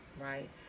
right